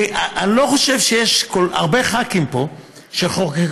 ואני לא חושב שיש הרבה ח"כים פה שחוקקו